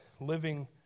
living